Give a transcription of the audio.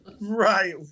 Right